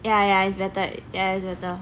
ya ya is better ya is better